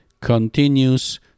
continues